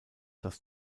das